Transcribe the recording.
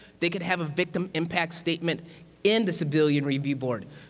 they could have a victim impact statement in the civilian review board.